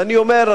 ואני אומר,